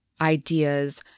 ideas